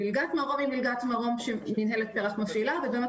מלגת מרום מופעלת על ידי מנהלת פר"ח ובמקביל